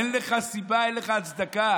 אין לך סיבה, אין לך הצדקה.